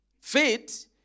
Faith